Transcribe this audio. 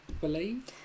believe